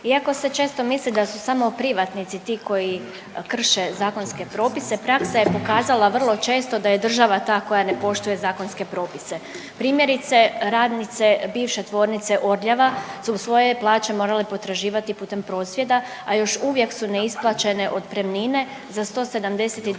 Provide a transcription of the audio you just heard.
iako se često misli da su samo privatnici ti koji krše zakonski propise praksa je pokaza vrlo često da je država ta koja ne poštuje zakonske propise. Primjerice radnice bivše Tvornice Orljava su svoje plaće morale potraživati putem prosvjeda, a još uvijek su neisplaćene otpremnine za 172